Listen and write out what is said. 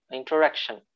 interaction